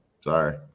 sorry